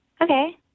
Okay